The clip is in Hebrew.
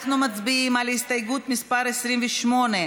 אנחנו מצביעים על הסתייגות מס' 28,